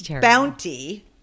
bounty